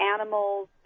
animals